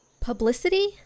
Publicity